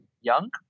young